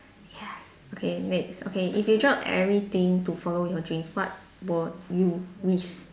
yes okay next okay if you drop everything to follow your dreams what would you risk